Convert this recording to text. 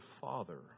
father